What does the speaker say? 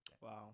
Wow